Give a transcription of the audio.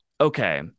okay